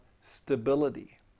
stability